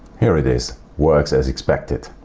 here it is works as expected.